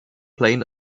plain